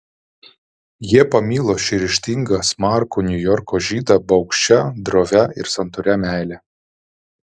jie pamilo šį ryžtingą smarkų niujorko žydą baugščia drovia ir santūria meile